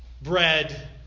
bread